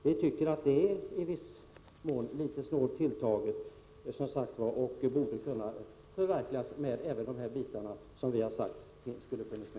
Vi tycker som sagt att det är litet snålt tilltaget och att det borde kunna förverkligas med även de bitar vi pekat på.